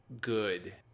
good